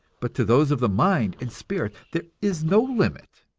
but to those of the mind and spirit there is no limit,